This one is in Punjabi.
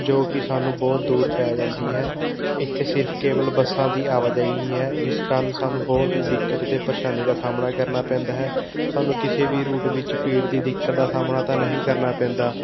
ਜੋ ਕਿ ਸਾਨੂੰ ਬਹੁਤ ਦੂਰ ਪੈ ਜਾਂਦੀ ਹੈ ਇੱਥੇ ਸਿਰਫ ਕੇਵਲ ਬੱਸਾਂ ਦੀ ਆਵਾਜਾਈ ਹੀ ਹੈ ਜਿਸ ਕਾਰਨ ਸਾਨੂੰ ਬਹੁਤ ਹੀ ਦਿੱਕਤ ਅਤੇ ਪਰੇਸ਼ਾਨੀ ਦਾ ਸਾਹਮਣਾ ਕਰਨਾ ਪੈਂਦਾ ਹੈ ਸਾਨੂੰ ਕਿਸੇ ਵੀ ਰੂਟ ਵਿੱਚ ਭੀੜ ਦੀ ਦਿੱਕਤ ਦਾ ਸਾਹਮਣਾ ਤਾਂ ਨਹੀਂ ਕਰਨਾ ਪੈਂਦਾ